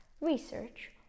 Research